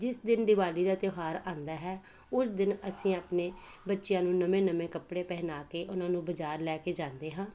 ਜਿਸ ਦਿਨ ਦੀਵਾਲੀ ਦਾ ਤਿਉਹਾਰ ਆਉਂਦਾ ਹੈ ਉਸ ਦਿਨ ਅਸੀਂ ਆਪਣੇ ਬੱਚਿਆਂ ਨੂੰ ਨਵੇਂ ਨਵੇਂ ਕੱਪੜੇ ਪਹਿਨਾ ਕੇ ਉਹਨਾਂ ਨੂੰ ਬਾਜ਼ਾਰ ਲੈ ਕੇ ਜਾਂਦੇ ਹਾਂ